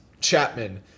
Chapman